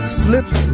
slips